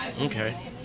Okay